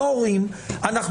אדוני,